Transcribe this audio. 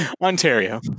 Ontario